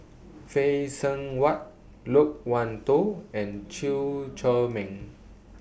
Phay Seng Whatt Loke Wan Tho and Chew Chor Meng